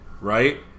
Right